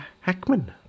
Hackman